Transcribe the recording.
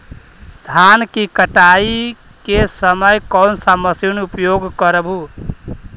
धान की कटाई के समय कोन सा मशीन उपयोग करबू?